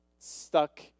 stuck